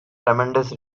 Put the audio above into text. tremendous